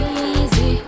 easy